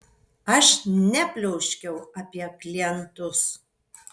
aš nepliauškiau apie klientus